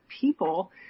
people